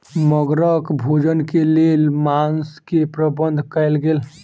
मगरक भोजन के लेल मांस के प्रबंध कयल गेल